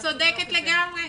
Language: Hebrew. את צודקת לגמרי.